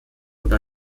oder